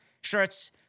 shirts